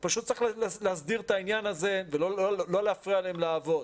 פשוט צריך להסדיר את העניין הזה ולא להפריע להם לעבוד.